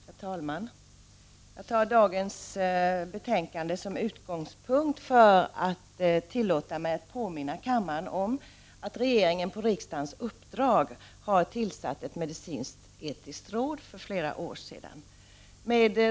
Herr talman! Jag tar dagens betänkande till utgångspunkt för att tillåta mig att påminna kammaren om att regeringen på riksdagens uppdrag för flera år sedan tillsatte ett medicinskt-etiskt råd.